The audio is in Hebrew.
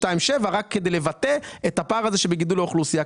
2.7% רק כדי לבטא את הפער הזה שבגידול האוכלוסייה.